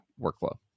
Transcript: workflow